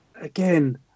again